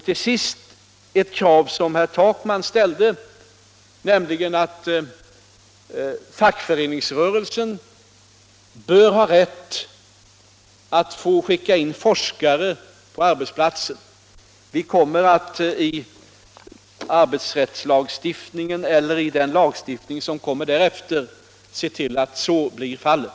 Till sist herr Takmans krav att fackföreningsrörelsen skall ha rätt att skicka in forskare på arbetsplatsen. Vi kommer att i arbetsrättslagstiftningen, eller i den lagstiftning som kommer därefter, se till att så blir fallet.